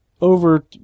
over